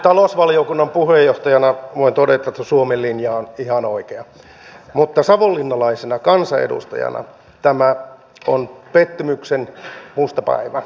talousvaliokunnan puheenjohtajana voin todeta että suomen linja on ihan oikea mutta savonlinnalaisena kansanedustajana tämä on pettymyksen musta päivä